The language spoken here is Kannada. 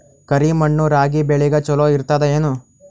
ಕರಿ ಮಣ್ಣು ರಾಗಿ ಬೇಳಿಗ ಚಲೋ ಇರ್ತದ ಏನು?